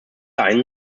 einen